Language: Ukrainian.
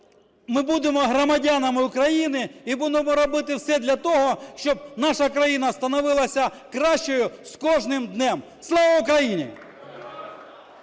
ми будемо громадянами України і будемо робити все для того, щоб наша країна становилася кращою з кожним днем. Слава Україні!